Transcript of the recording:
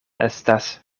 estas